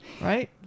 right